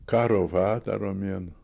karo vadą romėną